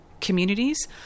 communities